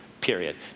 period